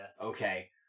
Okay